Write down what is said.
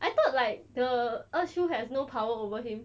I thought like the 二叔 has no power over him